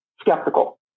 skeptical